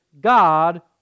God